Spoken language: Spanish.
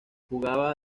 jugaba